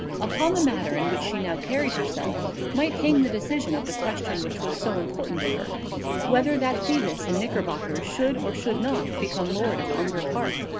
upon the manner in which she now carried herself might hang the decision of the question which was so important to her whether that phoebus in knickerbockers should or should not become lord of ongar park.